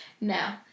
No